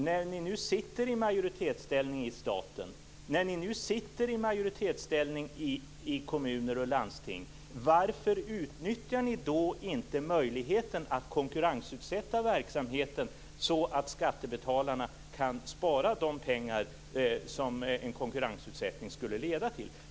När ni nu sitter i majoritetsställning i staten, när ni nu sitter i majoritetsställning i kommuner och landsting, varför utnyttjar ni då inte möjligheten att konkurrensutsätta verksamheten så att skattebetalarna kan spara de pengar som en konkurrensutsättning skulle leda till?